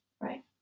Right